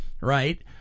Right